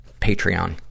Patreon